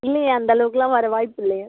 இல்லையே அந்த அளவுக்கெல்லாம் வர வாய்ப்பில்லையே